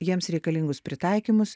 jiems reikalingus pritaikymus